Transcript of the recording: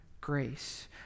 grace